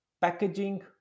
packaging